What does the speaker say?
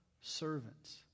servants